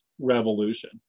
revolution